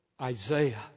Isaiah